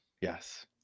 Yes